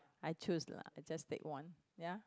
I choose lah just take one ya